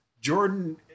Jordan